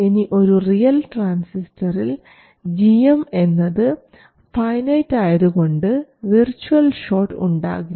ഇനി ഒരു റിയൽ ട്രാൻസിസ്റ്ററിൽ gm എന്നത് ഫൈനറ്റ് ആയതുകൊണ്ട് വിർച്വൽ ഷോട്ട് ഉണ്ടാകില്ല